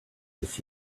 this